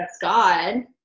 God